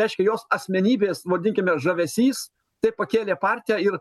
reiškia jos asmenybės vadinkime žavesys taip pakėlė partiją ir